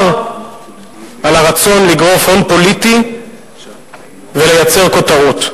על הרצון לגרוף הון פוליטי ולייצר כותרות.